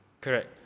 Correct